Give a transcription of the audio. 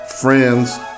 friends